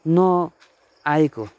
नआएको